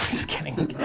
just kidding.